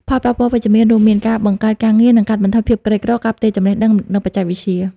ផលប៉ះពាល់វិជ្ជមានរួមមាន ការបង្កើតការងារ និងកាត់បន្ថយភាពក្រីក្រ ការផ្ទេរចំណេះដឹង និងបច្ចេកវិទ្យា។